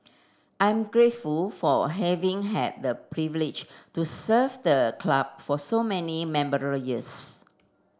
I'm grateful for a having had the privilege to serve the club for so many memorable years